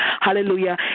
hallelujah